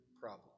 problem